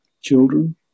children